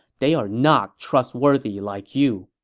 they are not trustworthy like you.